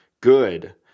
good